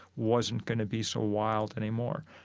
wasn't going to be so wild anymore.